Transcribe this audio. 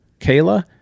Kayla